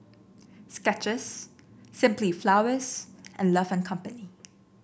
Skechers Simply Flowers and Love and Company